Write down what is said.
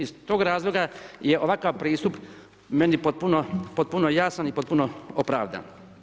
Iz tog razloga je ovakav pristup meni potpuno jasan i potpuno opravdan.